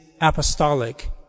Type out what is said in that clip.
apostolic